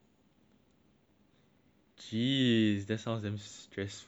jeez that sounds damn stressful eh